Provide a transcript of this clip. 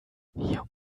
hier